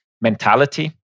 mentality